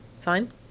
Fine